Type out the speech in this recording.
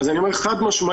אז אני אומר חד משמעית,